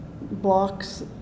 blocks